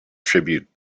tribute